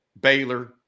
Baylor